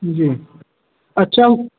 जी अच्छा